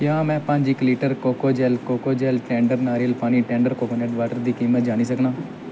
क्या में पंज इक लीटर कोकोजल कोकोजल टैंडर नारियल पानी टैंडर कोकोनट वाटर दी कीमत जानी सकनां